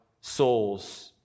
souls